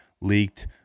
leaked